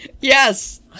Yes